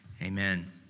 amen